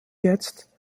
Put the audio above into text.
jetzt